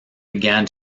began